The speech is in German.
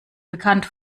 bekannt